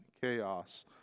chaos